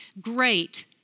great